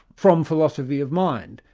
from philosophy of mind,